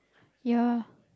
ya